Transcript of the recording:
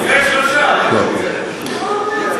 לא,